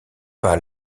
pas